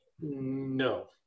no